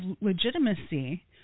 legitimacy